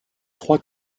trois